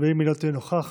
אם היא לא תהיה נוכחת,